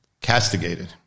castigated